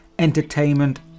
entertainment